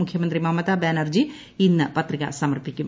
മുഖ്യ മന്ത്രി മമതാ ബാനർജി ഇന്ന് പത്രിക സമർപ്പിക്കും